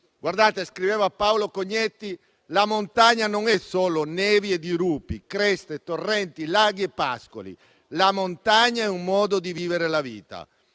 Cognetti scriveva che la montagna non è solo nevi e dirupi, creste, torrenti, laghi e pascoli; la montagna è un modo di vivere la vita,